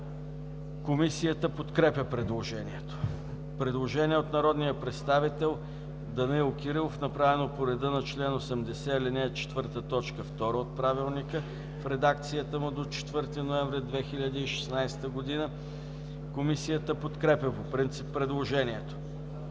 Комисията подкрепя предложението. Предложение от народния представител Данаил Кирилов, направено по реда на чл. 80, ал. 4, т. 2 от Правилника в редакцията му до 4 ноември 2016 г. Комисията подкрепя по принцип предложението.